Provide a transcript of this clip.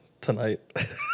tonight